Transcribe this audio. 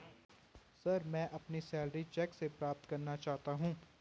sir, मैं अपनी salary cheque से प्राप्त करना चाहता हूं